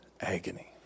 agony